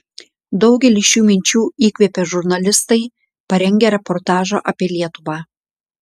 daugelį šių minčių įkvėpė žurnalistai parengę reportažą apie lietuvą